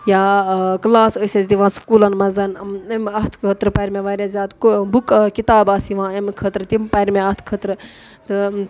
یا کٕلاس ٲسۍ أسۍ دِوان سکوٗلن منٛز یِم اَتھ خٲطرٕ پَرِ مےٚ واریاہ زیادٕ بُکہٕ کِتاب آسہٕ یِوان اَمہِ خٲطرٕ تِم پَرِ مےٚ اَتھ خٲطرٕ تہٕ